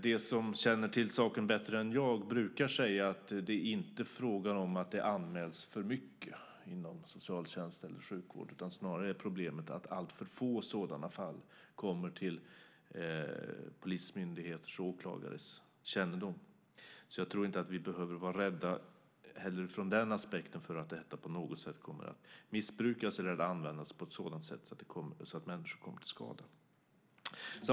De som känner till saken bättre än jag brukar säga att det inte är fråga om att det anmäls för mycket inom socialtjänst och sjukvård. Snarare är problemet att alltför få sådana fall kommer till polismyndigheters och åklagares kännedom. Jag tror inte att vi behöver vara rädda heller ur den aspekten för att detta på något sätt kommer att missbrukas eller användas på ett sådant sätt att människor kommer till skada.